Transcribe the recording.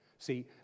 See